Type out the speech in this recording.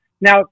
Now